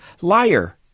liar